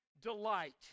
delight